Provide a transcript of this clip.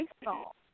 baseball